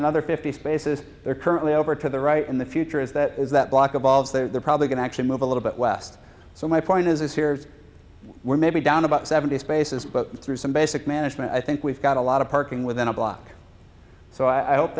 another fifty spaces there currently over to the right in the future is that is that block of volves they're probably going to actually move a little bit west so my point is here's we're maybe down about seventy spaces but through some basic management i think we've got a lot of parking within a block so i hope